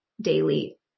daily